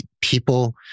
people